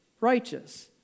righteous